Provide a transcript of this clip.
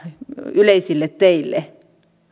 yleisille teille